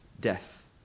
Death